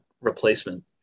replacement